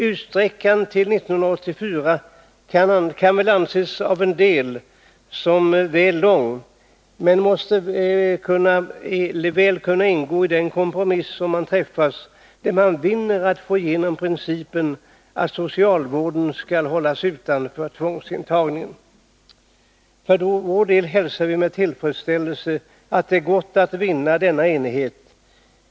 Utsträckandet av tiden till 1984 kan av en del anses långt, men måste väl kunna ingå i en kompromiss, där man vinner att man får igenom principen att socialvården skall hållas utanför tvångsintagningen. För vår del hälsar vi med tillfredsställelse att det gått att vinna denna enighet.